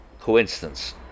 coincidence